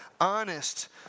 honest